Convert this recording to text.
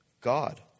God